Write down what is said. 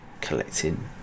collecting